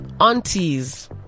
aunties